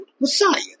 Messiah